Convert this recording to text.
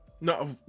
no